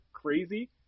crazy